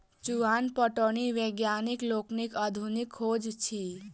चुआन पटौनी वैज्ञानिक लोकनिक आधुनिक खोज अछि